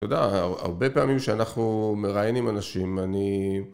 אתה יודע, הרבה פעמים כשאנחנו מראיינים אנשים, אני...